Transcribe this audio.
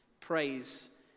Praise